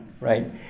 right